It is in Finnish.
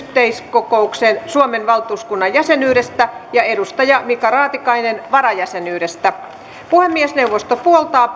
yleiskokouksen suomen valtuuskunnan jäsenyydestä ja edustaja mika raatikainen varajäsenyydestä puhemiesneuvosto puoltaa